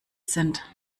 sind